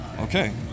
Okay